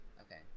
okay